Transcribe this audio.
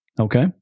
Okay